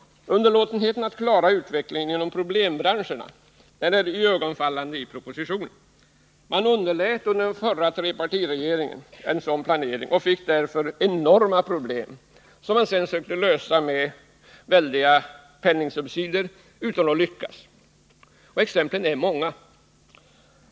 Underlåtenheten att klara utvecklingen inom problembranscherna är iögonfallande i propositionen. Den förra trepartiregeringen underlät att göra en sådan planering och fick därför enorma problem, som man sedan sökte lösa med väldiga penningsubsidier, dock utan att lyckas. Exemplen är många.